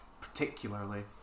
particularly